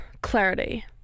clarity